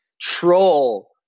troll